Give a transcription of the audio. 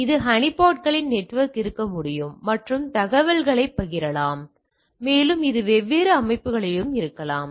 இப்போது இந்த ஹனிபாட்களின் நெட்வொர்க் இருக்க முடியும் மற்றும் தகவல்களைப் பகிரலாம் மேலும் இது வெவ்வேறு அமைப்புகளிலும் இருக்கலாம்